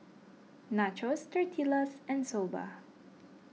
Nachos Tortillas and Soba